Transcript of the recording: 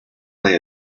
play